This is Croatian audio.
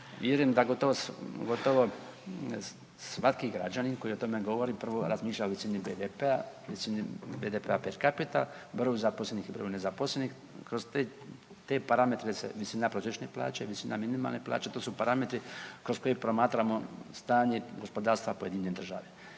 gotovo, gotovo svaki građanin koji o tome govori prvo razmišlja o visini BDP-a, visini GDP per capita, broj zaposlenih i broj nezaposlenih. Kroz te parametre se visina prosječne plaće i visina minimalne plaće, to su parametri kroz koje promatramo stanje gospodarstva pojedine države.